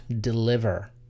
deliver